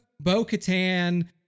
Bo-Katan